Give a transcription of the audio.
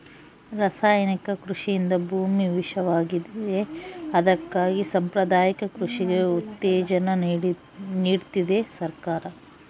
ರಾಸಾಯನಿಕ ಕೃಷಿಯಿಂದ ಭೂಮಿ ವಿಷವಾಗಿವೆ ಅದಕ್ಕಾಗಿ ಸಾಂಪ್ರದಾಯಿಕ ಕೃಷಿಗೆ ಉತ್ತೇಜನ ನೀಡ್ತಿದೆ ಸರ್ಕಾರ